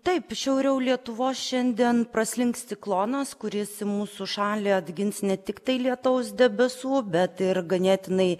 taip šiauriau lietuvos šiandien praslinks ciklonas kuris į mūsų šalį atgins ne tiktai lietaus debesų bet ir ganėtinai